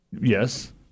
Yes